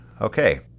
Okay